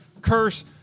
curse